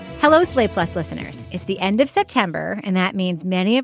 hello slate plus listeners it's the end of september and that means many of